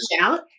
out